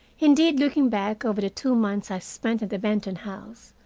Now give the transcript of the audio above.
indeed, looking back over the two months i spent in the benton house,